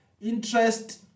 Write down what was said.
interest